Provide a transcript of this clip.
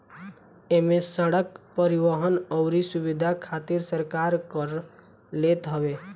इमे सड़क, परिवहन अउरी सुविधा खातिर सरकार कर लेत हवे